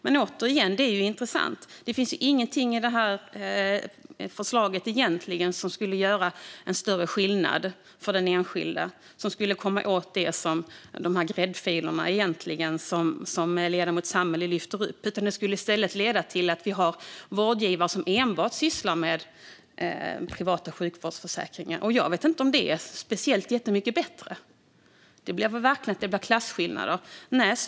Det är dock intressant, återigen, att det inte finns någonting i detta förslag som skulle göra större skillnad för den enskilda och komma åt de gräddfiler som ledamoten Sammeli lyfter upp. I stället skulle det leda till att vi hade vårdgivare som enbart sysslade med privata sjukvårdsförsäkringar. Jag vet inte om det är så jättemycket bättre. Då skulle det verkligen bli klasskillnader.